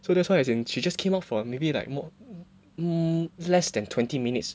so that's why as in she just came out for maybe like more less then twenty minutes